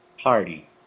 Party